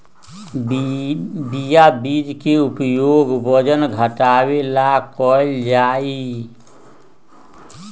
chia बीज के उपयोग वजन घटावे ला कइल जाहई